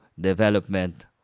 development